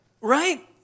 Right